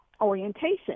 orientation